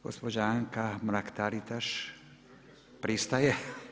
Gospođa Anka Mrak-Taritaš, pristaje.